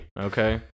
Okay